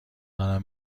دارم